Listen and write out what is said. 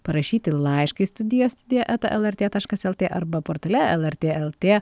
parašyti laišką į studiją studija eta lrt taškas lt arba portale lrt lt